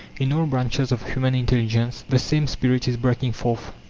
in all branches of human intelligence the same spirit is breaking forth,